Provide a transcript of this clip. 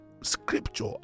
scripture